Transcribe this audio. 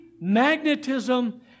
magnetism